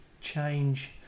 change